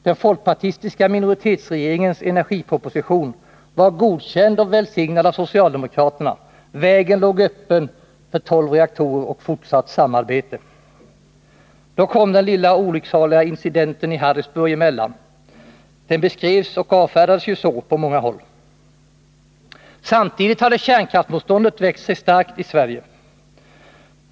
Den folkpartistiska minoritetsregeringens energiproposition var godkänd och välsignad av socialdemokraterna, vägen låg öppen för 12 reaktorer och fortsatt samarbete. Då kom den lilla olycksaliga incidenten i Harrisburg emellan! Den beskrevs och avfärdades ju så på många håll. Samtidigt hade kärnkraftsmotståndet växt sig starkt i Sverige.